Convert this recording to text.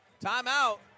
Timeout